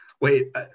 Wait